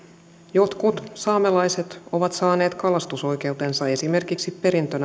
jotkut saamelaiset ovat saaneet kalastusoikeutensa esimerkiksi perintönä